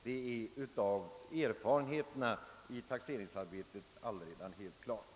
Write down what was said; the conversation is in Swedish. Detta visar redan erfarenheterna av arbetet i taxeringsnämnderna.